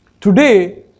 Today